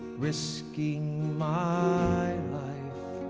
risking my life